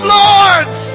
lords